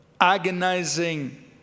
agonizing